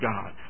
God